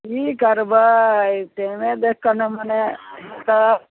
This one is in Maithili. की करबै टाइमे देखि कऽ ने मने ई तऽ